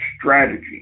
strategy